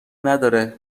نداره